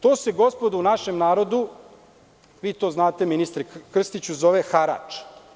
To se u našem narodu, vi to znate ministre Krstiću, zove harač.